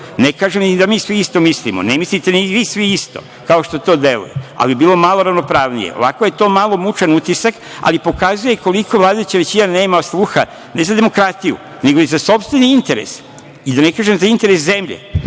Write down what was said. kažem ni da mi svi isto mislimo, ne mislite ni vi svi isto, kao što to deluje, ali bi bilo malo ravnopravnije. Ovako je to malo mučan utisak, ali pokazuje koliko vladajuća većina nema sluha ne za demokratiju, nego i za sopstveni interes i da ne kažem za interes zemlje,